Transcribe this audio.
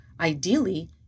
ideally